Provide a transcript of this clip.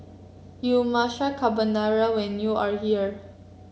you must try Carbonara when you are here